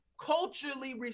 culturally